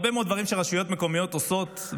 הרבה מאוד דברים שרשויות מקומיות עושות,